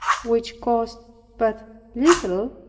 which cost but little,